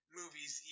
movies